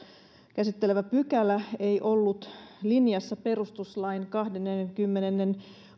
käsittelevä pykälä ei ollut linjassa perustuslain kahdennenkymmenennen